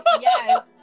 Yes